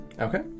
Okay